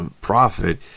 profit